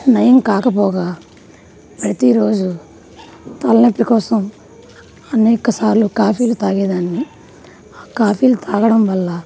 నయం కాకపోగా ప్రతిరోజు తలనొప్పి కోసం అనేకసార్లు కాఫీలు తాగేదాన్ని కాఫీలు తాగడం వల్ల